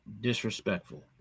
Disrespectful